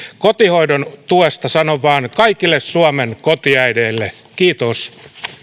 kotihoidon tuesta sanon vain että kaikille suomen kotiäideille kiitos